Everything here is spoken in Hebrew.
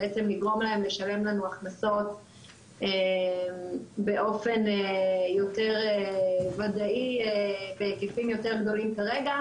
לגרום להן לשלם לנו הכנסות באופן יותר ודאי בהיקפים יותר גדולים כרגע